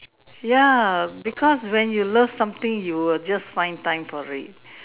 ya because when you love something you will just find time for it